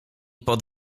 pod